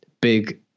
big